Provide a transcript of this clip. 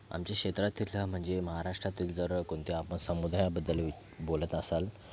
आमच्या क्षेत्रातील म्हणजे महाराष्ट्रातील जर कोणत्या आपण समुदायाबद्दल बोलत असाल